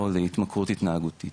או להתמכרות התנהגותית